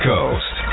Coast